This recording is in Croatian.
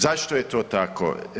Zašto je to tako?